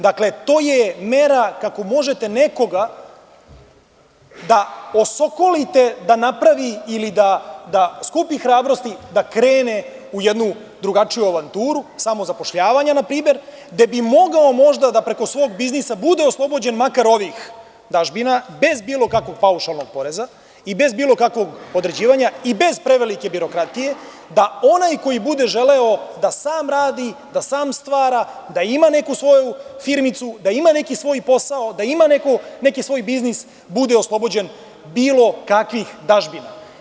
Dakle, to je mera kako možete nekoga da osokolite da napravi ili da skupi hrabrosti da krene u jednu drugačiju avanturu, samozapošljavanja na primer, gde bi mogao možda da preko svog biznisa bude oslobođen makar ovih dažbina, bez bilo kakvog paušalnog poreza i bez bilo kakvog određivanja i bez prevelike birokratije, da onaj koji bude želeo da sam radi, da sam stvara, da ima neku svoju firmicu, da ima neki svoj posao, da ima neki svoj biznis, bude oslobođen bilo kakvih dažbina.